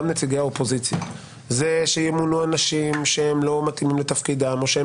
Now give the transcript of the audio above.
נציגי האופוזיציה זה שימונו אנשים שהם לא מתאימים לתפקידם או ש הם